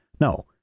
no